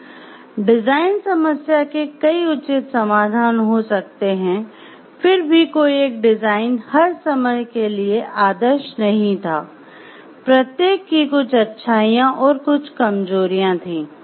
design समस्या के कई उचित समाधान हो सकते है फिर भी कोई एक डिजाइन हर समय के लिए आदर्श नहीं था प्रत्येक कि कुछ अच्छाइयां और कुछ कमजोरियां थीं